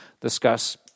discuss